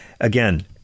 Again